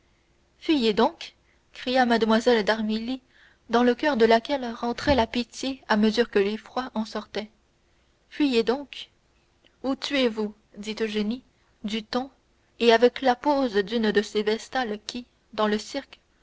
fuyez donc cria mlle d'armilly dans le coeur de laquelle rentrait la pitié à mesure que l'effroi en sortait fuyez donc ou tuez vous dit eugénie du ton et avec la pose d'une de ces vestales qui dans le cirque